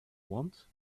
want